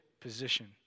position